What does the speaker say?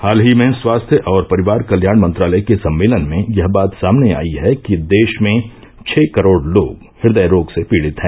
हाल ही में स्वास्थ्य और परिवार कल्याण मंत्रालय के सम्मेलन में यह बात सामने आई है कि देश में छः करोड़ लोग हृदय रोग से पीड़ित हैं